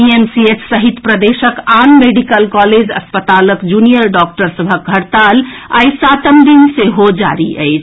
PMCH सहित प्रदेशक आन मेडिकल कॉलेज अस्पतालक जूनियर डॉक्टर सभक हड़ताल आई सातम दिन सेहो जारी अछि